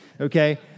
Okay